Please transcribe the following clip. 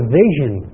vision